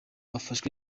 afashwe